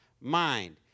mind